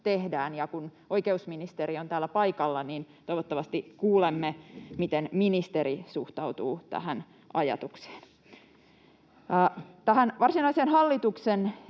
Kun oikeusministeri on täällä paikalla, niin toivottavasti kuulemme, miten ministeri suhtautuu tähän ajatukseen. Tähän varsinaiseen hallituksen